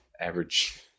average